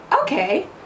okay